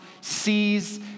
sees